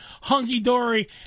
hunky-dory